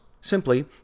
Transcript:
simply